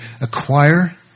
acquire